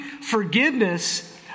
forgiveness